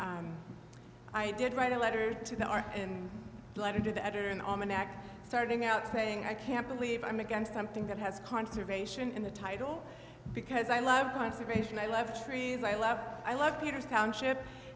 and i did write a letter to the r and the letter to the editor in aman ak starting out saying i can't believe i'm against something that has conservation in the title because i love conservation i love trees i love i love peter's township